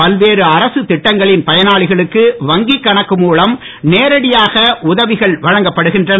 பல்வேறு அரசு இட்டங்களின் பயனாளிகளுக்கு வங்கி கணக்கு மூலம் நேரடியாக உதவிகள் வழங்கப்படுகின்றன